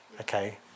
Okay